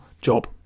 job